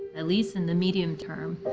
at least in the medium term,